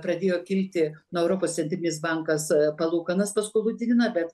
pradėjo kilti nuo europos centrinis bankas palūkanas paskolų didina bet